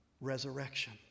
Resurrection